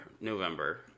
November